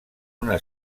una